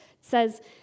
says